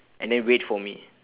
and then wait for me